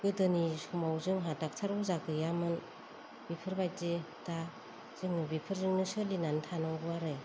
गोदोनि समाव जोंहा डक्टर अजा गैयामोन बेफोरबादि दा जोङो बेफोरजोंनो सोलिनानै थानांगौ आरो